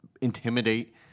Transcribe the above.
intimidate